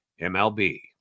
MLB